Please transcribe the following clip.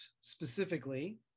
specifically